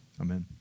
Amen